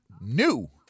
new